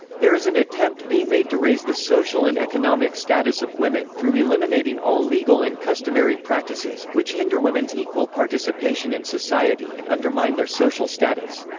there is an attempt being made to raise the social and economic status of women through eliminating all legal and customary practices, which hinder women's equal participation in society and undermine their social status.